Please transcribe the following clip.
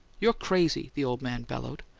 you're crazy! the old man bellowed.